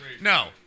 No